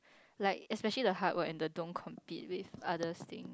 like especially the hard work and the don't compete with others thing